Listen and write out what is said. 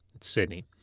Sydney